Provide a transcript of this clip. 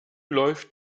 läuft